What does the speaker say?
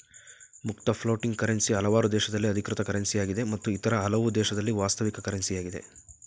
ಮುಕ್ತ floating currency ಹಲವಾರು ದೇಶದಲ್ಲಿ ಅಧಿಕೃತ ಕರೆನ್ಸಿಯಾಗಿದೆ ಮತ್ತು ಇತರ ಹಲವು ದೇಶದಲ್ಲಿ ವಾಸ್ತವಿಕ ಕರೆನ್ಸಿ ಯಾಗಿದೆ